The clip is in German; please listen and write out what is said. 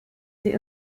sie